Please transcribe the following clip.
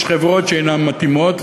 יש חברות שאינן מתאימות,